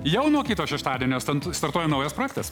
jau nuo kito šeštadienio stant startuoja naujas projektas